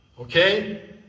Okay